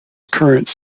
current